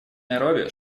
найроби